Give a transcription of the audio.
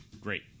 Great